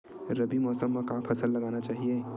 रबी मौसम म का फसल लगाना चहिए?